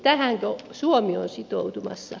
tähänkö suomi on sitoutumassa